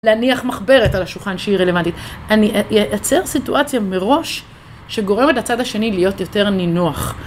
להניח מחברת על השולחן שהיא רלוונטית. אני אייצר סיטואציה מראש שגורמת הצד השני להיות יותר נינוח.